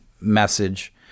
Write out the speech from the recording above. message